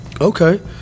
Okay